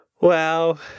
Wow